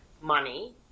money